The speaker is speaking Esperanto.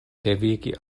devigi